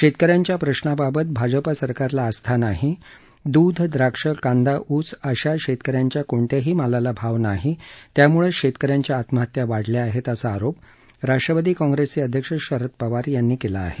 शेतक यांच्या प्रश्नांबाबत भाजपा सरकारला आस्था नाही दूध द्राक्षे कांदा उस अशा शेतकऱ्याच्या कोणत्याही मालाला भाव नाही त्याम्ळेच शेतकऱ्यांच्या आत्महत्या वाढल्या आहेत असा आरोप राष्टवादी कॉग्रेसचे अध्यक्ष शरद पवार यांनी केला आहे